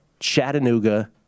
Chattanooga